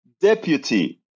deputy